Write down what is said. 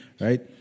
Right